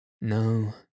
No